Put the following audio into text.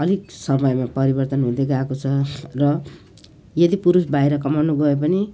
अलिक समयमा परिवर्तन हुँदै गएको छ र यदि पुरुष बाहिर कमाउन गए पनि